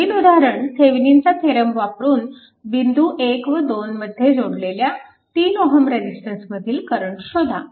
पुढील उदाहरण थेविनिनचा थेरम वापरून बिंदू 1 व 2 मध्ये जोडलेल्या 3Ω रेजिस्टन्समधील करंट शोधा